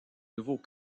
nouveau